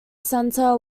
center